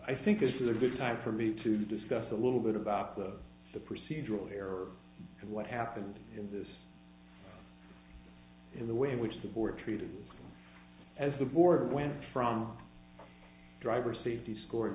i think this is a good time for me to discuss a little bit about the the procedural error and what happened in this in the way in which the board treated as the board went from driver safety scor